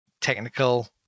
technical